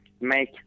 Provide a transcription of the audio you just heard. make